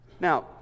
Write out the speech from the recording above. Now